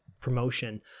promotion